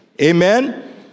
Amen